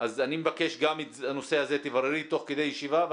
אז אני מבקש שגם את הנושא הזה תבררי תוך כדי ישיבה.